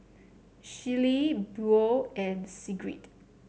Shelley Buel and Sigrid